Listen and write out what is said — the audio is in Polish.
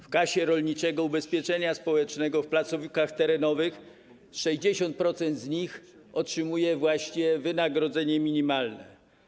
W Kasie Rolniczego Ubezpieczenia Społecznego w placówkach terenowych 60% z nich otrzymuje właśnie wynagrodzenie minimalne.